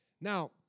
Now